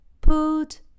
Put